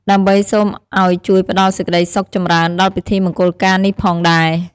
ដើម្បីសូមឱ្យជួយផ្ដល់សេចក្ដីសុខចម្រើនដល់ពិធីមង្គលការនេះផងដែរ។